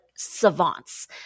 savants